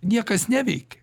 niekas neveikia